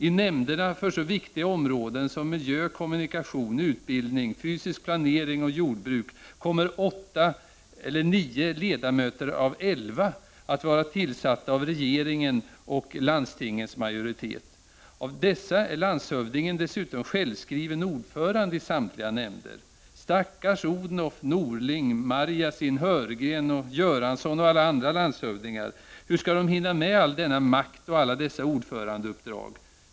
I nämnderna för så viktiga områden som miljö, kommunikation, utbildning, fysisk planering och jordbruk kommer åtta—nio ledamöter av elva att vara tillsatta av regeringen och landstingens majoritet. Av dessa är landshövdingen dessutom självskriven ordförande i samtliga nämnder! Stackars Odhnoff, Norling, Marjasin, Heurgren och Göransson och alla andra landshövdingar. Hur skall de hinna med all denna makt och alla dessa ordförandeuppdrag?